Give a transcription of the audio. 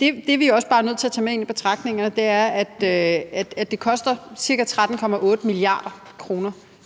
Det, vi også bare er nødt til at tage med i betragtning, er, at det koster ca. 13,8 mia. kr.